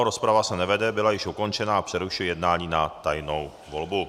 Rozprava se nevede, byla již ukončena, přerušuji jednání na tajnou volbu.